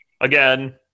Again